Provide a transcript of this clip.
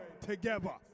Together